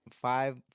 five